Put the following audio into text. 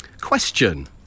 Question